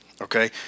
okay